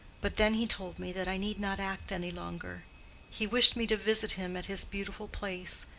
but then he told me that i need not act any longer he wished me to visit him at his beautiful place,